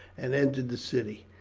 and entered the city.